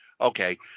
Okay